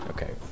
Okay